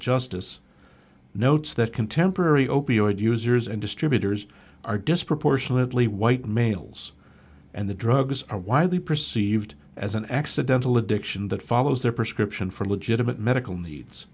justice notes that contemporary opioid users and distributors are disproportionately white males and the drugs are widely perceived as an accidental addiction that follows their prescription for legitimate medical needs